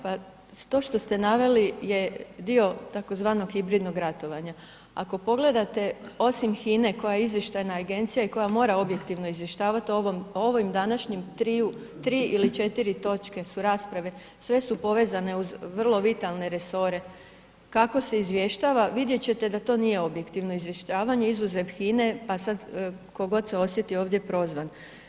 Pa to što te naveli je dio tzv. hibridnog ratovanja, ako pogledate osim HINA-e koja je izvještajna agencija i koja mora objektivno izvještavat o ovim današnji tri ili četiri točke su rasprave, sve su povezane uz vrlo vitalne resore, kak se izvještava, vidjet ćete da to nije objektivno izvještavanje izuzev HINA-e, pa sad tko god se osjeti ovdje prozvan.